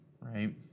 right